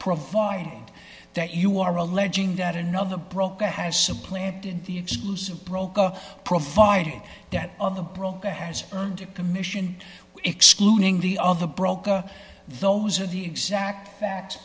provide that you are alleging that another broker has supplanted the exclusive broker provided that of the broker has earned a commission excluding the other broker those are the exact that